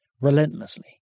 relentlessly